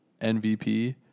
MVP